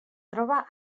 troba